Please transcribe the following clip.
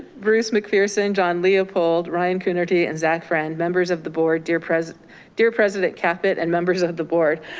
bruce mcpherson, john leopold, ryan connerty and zach friend, members of the board, dear president dear president caput and members of of the board.